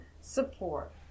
support